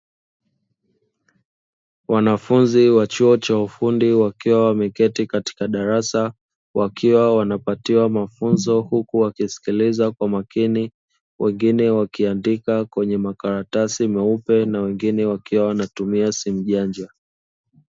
Wanafunzi wa chuo cha ufundi wakiwa wameketi katika darasa, wakiwa wanapatiwa mafunzo huku wakisikiliza kwa makini. Wengine wakiandika kwenye makaratasi meupe na wengine wakiwa wanatumia simu janja.